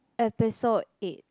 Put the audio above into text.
episode eight